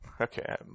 Okay